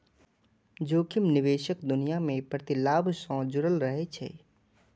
जोखिम निवेशक दुनिया मे प्रतिलाभ सं जुड़ल रहै छै